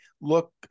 look